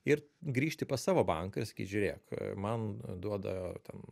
ir grįžti pas savo banką ir sakyt žiūrėk man duoda ten